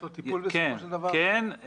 כן.